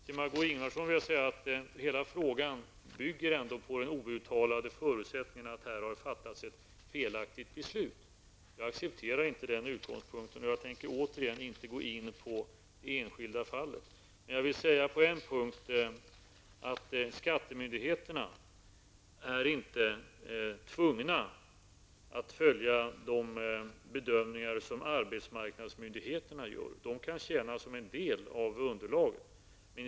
Till Margó Ingvardsson vill jag säga att hela frågan ändå bygger på den outtalade förutsättningen att det har fattats ett felaktigt beslut. Jag accepterar inte den utgångspunkten och tänker inte gå in på det enskilda fallet. Skattemyndigheterna är inte tvungna att följa arbetsmarknadsmyndigheternas bedömningar. Dessa kan tjäna som en del av underlaget.